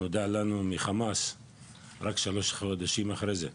נודע לנו מחמאס רק שלושה חודשים אחרי זה.